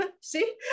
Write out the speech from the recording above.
see